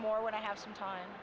more when i have some time